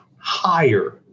higher